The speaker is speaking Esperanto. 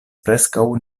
preskaŭ